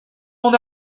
mon